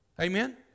Amen